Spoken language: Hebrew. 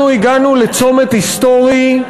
אנחנו הגענו לצומת היסטורי,